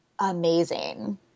amazing